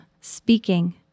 speaking